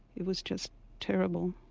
it was just terrible.